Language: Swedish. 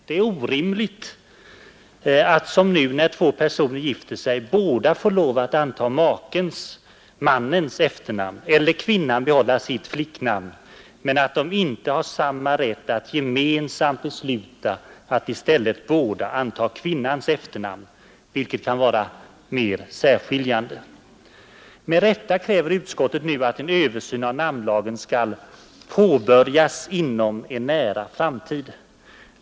Det är orimligt att som nu när två personer gifter sig båda får lov att anta mannens efternamn, eller kvinnan behålla sitt flicknamn, men att de inte har samma rätt att gemensamt besluta att i stället båda anta kvinnans efternamn — vilket kan vara mer särskiljande. Med rätta kräver utskottet nu att en översyn av namnlagen skall ”påbörjas inom en nära framtid”.